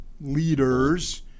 leaders